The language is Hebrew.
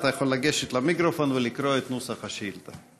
אתה יכול לגשת למיקרופון ולקרוא את נוסח השאילתה.